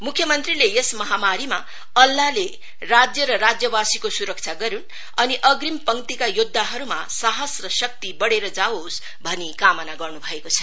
मुख्य मंत्रीले यस महामारीमा अल्लाहले राज्य र राज्यवासीको सुरक्षा गरुन् अनि अग्रिम पंक्तिका योद्धाहरुमा साहस र शक्ति वढेर जावोस भनी कामना गर्नु भएको छ